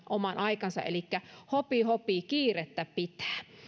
oman aikansa elikkä hopi hopi kiirettä pitää